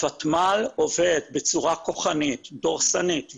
הוותמ"ל עובד בצורה כוחנית ודורסנית.